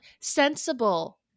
sensible